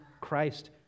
Christ